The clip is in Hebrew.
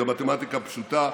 זאת מתמטיקה פשוטה,